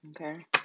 Okay